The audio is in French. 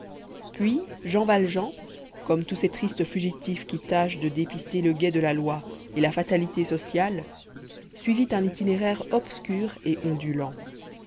puis jean valjean comme tous ces tristes fugitifs qui tâchent de dépister le guet de la loi et la fatalité sociale suivit un itinéraire obscur et ondulant